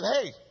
hey